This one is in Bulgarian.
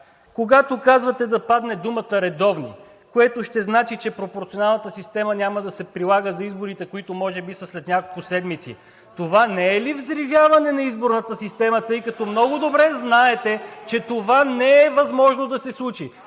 когато казвате да падне думата „редовни“, което ще значи, че пропорционалната система няма да се прилага за изборите, които може би са след няколко седмици, това не е ли взривяване на изборната система, тъй като много добре знаете, че това не е възможно да се случи?!